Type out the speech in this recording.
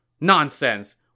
Nonsense